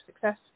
Success